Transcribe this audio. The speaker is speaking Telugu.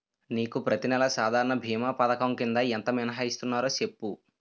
నీకు ప్రతి నెల సాధారణ భీమా పధకం కింద ఎంత మినహాయిస్తన్నారో సెప్పు